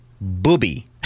Booby